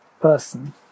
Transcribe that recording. person